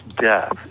death